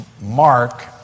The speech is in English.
Mark